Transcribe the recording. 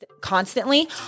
constantly